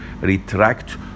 retract